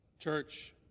Church